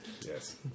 Yes